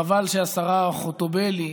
חבל שהשרה חוטובלי,